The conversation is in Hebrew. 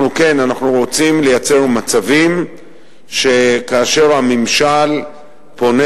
אנחנו כן רוצים לייצר מצבים שכאשר הממשל פונה